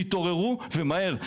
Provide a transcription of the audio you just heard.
תתעוררו ומהר.